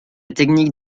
technique